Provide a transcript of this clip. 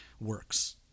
works